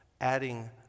Adding